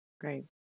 Great